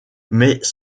mais